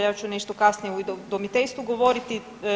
Ja ću nešto kasnije i o udomiteljstvu govoriti.